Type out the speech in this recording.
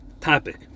topic